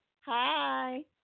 Hi